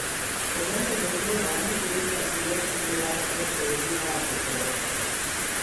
ko gero daugiau galių reikia atiduoti vyriausiajam pajėgų vadui europoje